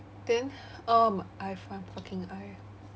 then um I have my fucking eye